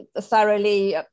thoroughly